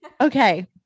okay